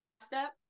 step